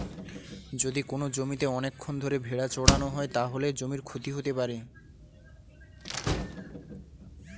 যদি কোনো জমিতে অনেকক্ষণ ধরে ভেড়া চড়ানো হয়, তাহলে জমির ক্ষতি হতে পারে